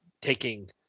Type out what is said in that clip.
taking